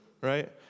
right